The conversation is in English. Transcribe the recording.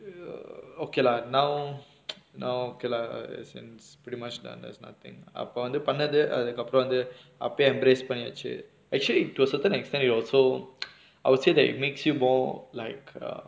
err okay lah now now okay lah as in it's pretty much done there's nothing அப்ப வந்து பண்ணது அதுக்கு அப்புறம் வந்து அப்புடியே:appe vanthu pannathu athukku appuram vanthu appudiyae embrace பண்ணியாச்சு:panniyaachchu actually to a certain extent you also I would say that it makes you more like a